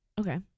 Okay